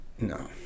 No